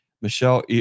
Michelle